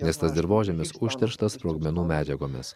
nes tas dirvožemis užterštas sprogmenų medžiagomis